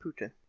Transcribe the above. Putin